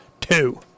two